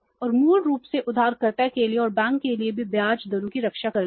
और मूल रूप से उधारकर्ता के लिए और बैंक के लिए भी ब्याज दरों की रक्षा करना है